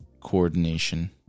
coordination